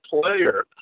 player